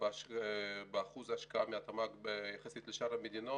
באחוז השקעה מהתמ"ג יחסית לשאר המדינות,